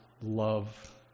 love